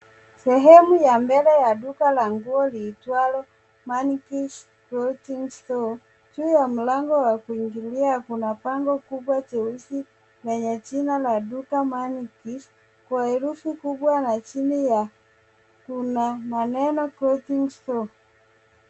Sehemu ya mbele ya duka la nguo liliitwalo Mannequins clothing store. Juu ya mlango wa kuingilia kuna bango kubwa jeusi lenye jina la duka Mannequins kwa herufi kubwa na chini yake kuna maneno clothings store.